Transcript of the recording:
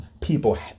people